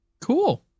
cool